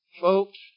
Folks